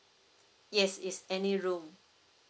yes it's any room